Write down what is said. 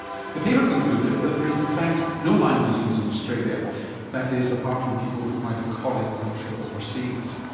the paper concluded that there is in fact no lyme disease in australia that is, apart from people who might have caught it on a trip overseas.